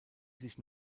sich